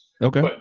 okay